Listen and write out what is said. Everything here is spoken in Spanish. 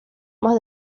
más